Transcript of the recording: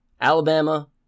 Alabama